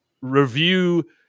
review